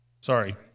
Sorry